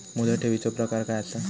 मुदत ठेवीचो प्रकार काय असा?